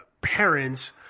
parents